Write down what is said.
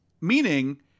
Meaning